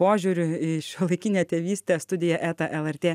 požiūriu į šiuolaikinę tėvystę studija eta lrt